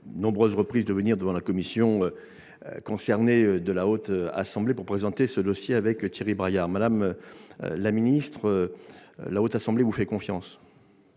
nombreuses reprises, de venir devant la commission concernée de la Haute Assemblée pour présenter ce dossier avec Thierry Braillard. Madame la ministre, la Haute Assemblée vous fait confiance.